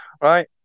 Right